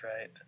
right